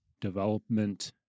development